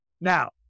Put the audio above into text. Now